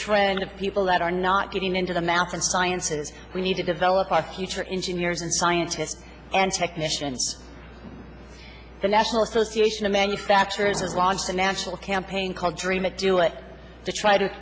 trend of people that are not getting into the math and science and we need to develop our future engineers and scientists and technicians the national association of manufacturers launched a national campaign called dream it do it to try to